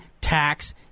tax